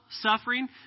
suffering